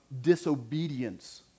disobedience